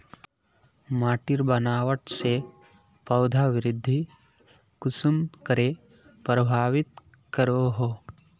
माटिर बनावट से पौधा वृद्धि कुसम करे प्रभावित करो हो?